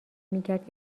میکرد